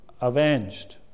avenged